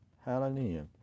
Hallelujah